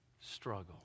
struggle